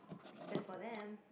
sad for them